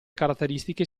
caratteristiche